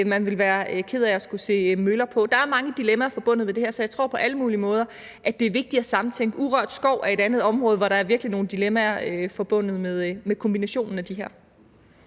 man ville være ked af at skulle se møller på. Der er mange dilemmaer forbundet med det her, så jeg tror på alle mulige måder, at det er vigtigt at sammentænke. Urørt skov er et andet område, hvor der virkelig er nogle dilemmaer forbundet med kombinationen af de her